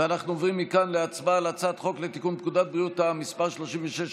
אנחנו עוברים מכאן להצבעה על הצעת חוק לתיקון פקודת בריאות העם (מס' 36,